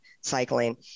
cycling